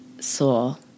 soul